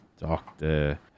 doctor